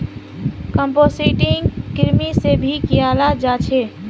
composting कृमि से भी कियाल जा छे